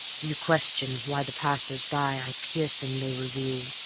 you question why the passers-by i piercingly review.